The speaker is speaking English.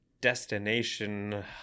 destination